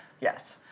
Yes